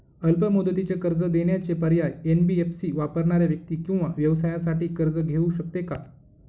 अल्प मुदतीचे कर्ज देण्याचे पर्याय, एन.बी.एफ.सी वापरणाऱ्या व्यक्ती किंवा व्यवसायांसाठी कर्ज घेऊ शकते का?